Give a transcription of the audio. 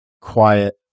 quiet